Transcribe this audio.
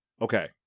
Okay